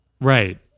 Right